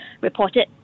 reported